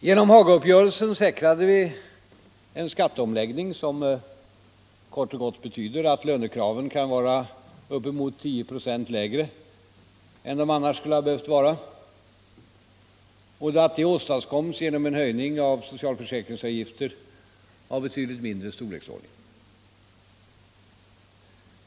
Genom Hagauppgörelsen säkrade vi en skatteomläggning som kort och gott betyder att lönekraven kan vara bortåt 10 procent lägre än de annars skulle ha behövt vara och att det åstadkoms genom en höjning av socialförsäkringsavgifter av betydligt mindre storleksordning.